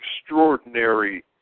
extraordinary